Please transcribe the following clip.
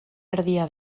erdia